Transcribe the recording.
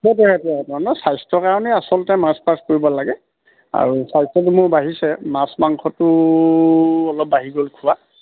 সেইটোৱেইতো মানুহ স্বাস্থ্যৰ কাৰণে আচলতে মাৰ্চ পাষ্ট কৰিব লাগে আৰু স্বাস্থ্যটো মোৰ বাঢ়িছে মা মাংসটো অলপ বাঢ়ি গ'ল খোৱা